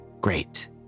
Great